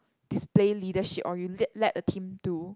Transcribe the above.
display leadership or you led led a team to